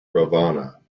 ravana